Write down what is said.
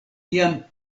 jam